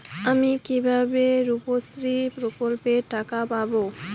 আমি কিভাবে রুপশ্রী প্রকল্পের টাকা পাবো?